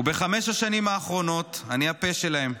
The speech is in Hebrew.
בחמש השנים האחרונות אני הפה שלהם.